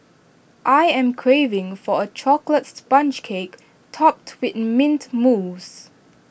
I am craving for A Chocolate Sponge Cake Topped with Mint Mousse